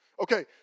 Okay